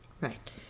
right